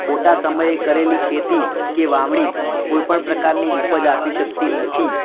ખોટા સમયે કરેલી ખેતી કે વાવણી કોઈપણ પ્રકારની ઉપજ આપી શકતી નથી